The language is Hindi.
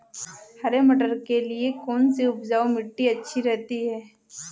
हरे मटर के लिए कौन सी उपजाऊ मिट्टी अच्छी रहती है?